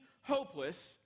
hopeless